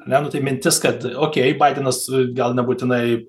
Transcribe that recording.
ar ne nu tai mintis kad okei baidenas gal nebūtinai